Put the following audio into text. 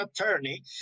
attorney